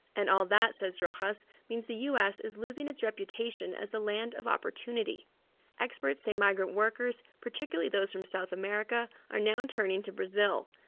and all that, says rojas, means the u s. s. is losing its reputation as the land of opportunity experts say migrant workers, particularly those from south america, are now turning to brazil,